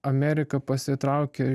amerika pasitraukia